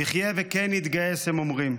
נחיה וכן נתגייס, הם אומרים.